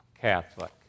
Catholic